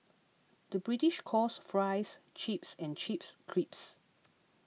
the British calls Fries Chips and Chips Crisps